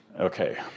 Okay